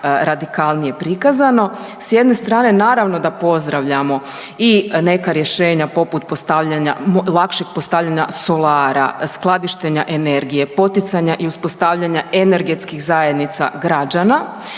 najradikalnije prikazano. S jedne strane naravno da pozdravljamo i neka rješenja poput postavljanja, lakšeg postavljanja solara, skladištenja energije, poticanja i uspostavljanja energetskih zajednica građana.